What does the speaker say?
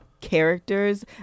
characters